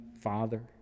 father